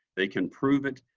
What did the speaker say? they can prove it,